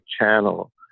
channel